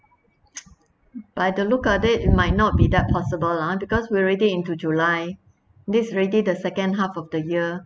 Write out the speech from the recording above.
by the look ah it might not be that possible lah because we're already into july this already the second half of the year